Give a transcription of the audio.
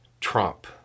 Trump